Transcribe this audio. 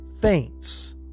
faints